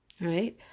Right